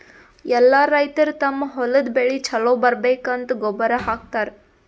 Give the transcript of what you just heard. ಎಲ್ಲಾ ರೈತರ್ ತಮ್ಮ್ ಹೊಲದ್ ಬೆಳಿ ಛಲೋ ಬರ್ಬೇಕಂತ್ ಗೊಬ್ಬರ್ ಹಾಕತರ್